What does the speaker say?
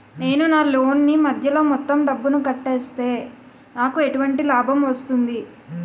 నేను నా లోన్ నీ మధ్యలో మొత్తం డబ్బును కట్టేస్తే నాకు ఎటువంటి లాభం వస్తుంది?